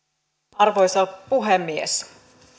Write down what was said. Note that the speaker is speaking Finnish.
arvoisa puhemies